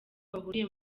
bahuriye